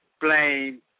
blame